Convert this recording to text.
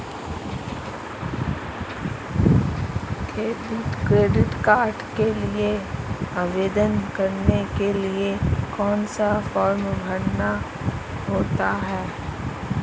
Credit card के लिए आवेदन करने के लिए कौन सा फॉर्म भरना होता है?